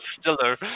Stiller